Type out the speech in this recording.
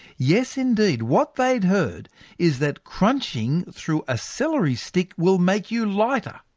yes indeed, what they'd heard is that crunching through a celery stick will make you lighter.